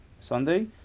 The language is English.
Sunday